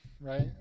right